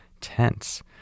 tense